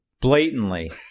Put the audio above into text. blatantly